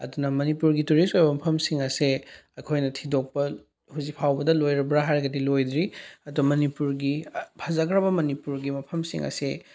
ꯑꯗꯨꯅ ꯃꯅꯤꯄꯨꯔꯒꯤ ꯇꯨꯔꯤꯁ ꯑꯣꯏꯕ ꯃꯐꯝꯁꯤꯡ ꯑꯁꯦ ꯑꯩꯈꯣꯏꯅ ꯊꯤꯗꯣꯛꯄ ꯍꯧꯖꯤꯛ ꯐꯥꯎꯕꯗ ꯂꯣꯏꯔꯕ꯭ꯔ ꯍꯥꯏꯔꯒꯗꯤ ꯂꯣꯏꯗ꯭ꯔꯤ ꯑꯗꯣ ꯃꯅꯤꯄꯨꯔꯒꯤ ꯐꯖꯈ꯭ꯔꯕ ꯃꯅꯤꯄꯨꯔꯒꯤ ꯃꯐꯝꯁꯤꯡ ꯑꯁꯦ